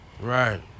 Right